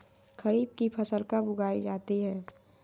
खरीफ की फसल कब उगाई जाती है?